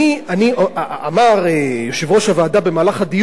אמר יושב-ראש הוועדה במהלך הדיון: